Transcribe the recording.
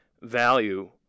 value